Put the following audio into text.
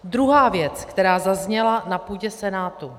Druhá věc, která zazněla na půdě Senátu.